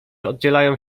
oddzielają